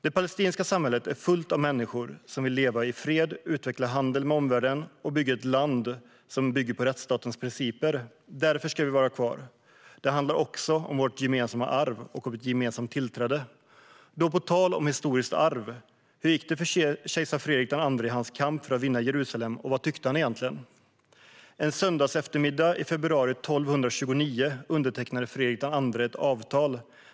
Det palestinska samhället är fullt av människor som vill leva i fred, utveckla handel med omvärlden och bygga ett land som bygger på rättsstatens principer. Därför ska vi vara kvar. Det handlar också om vårt gemensamma arv och om ett gemensamt tillträde. På tal om historiskt arv: Hur gick det för kejsar Fredrik II i hans kamp för att vinna Jerusalem, och vad tyckte han egentligen? En söndagseftermiddag i februari 1229 undertecknade Fredrik II ett avtal.